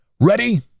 Ready